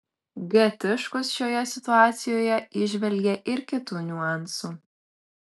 g tiškus šioje situacijoje įžvelgė ir kitų niuansų